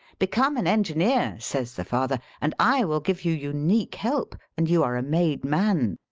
become an engineer, says the father, and i will give you unique help, and you are a made man.